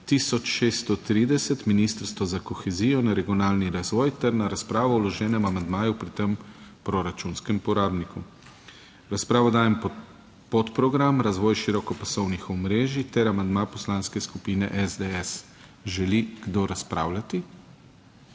1630 Ministrstvo za kohezijo in regionalni razvoj ter na razpravo o vloženem amandmaju pri tem proračunskem porabniku. V razpravo dajem pod podprogram Razvoj širokopasovnih omrežij ter amandma Poslanske skupine SDS. Želi kdo razpravljati?